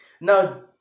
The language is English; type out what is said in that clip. Now